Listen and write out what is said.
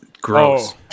gross